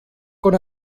con